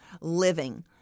living